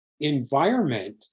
environment